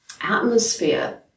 atmosphere